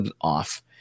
off